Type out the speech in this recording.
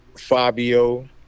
Fabio